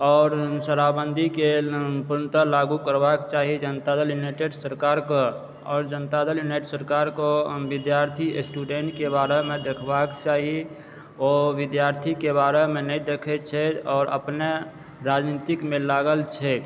आओर शराबबन्दीके पूर्णतः लागू करबाक चाही जनता दल युनाइटेड सरकारके आओर जनता दल युनाइटेड सरकारके विद्यार्थी स्टुडेन्ट के बारे मे देखबाक चाही ओ विद्यार्थीके बारे मे नहि देखे छै आओर अपने राजनीतिक मे लागल छै